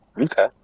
Okay